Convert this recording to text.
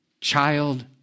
Child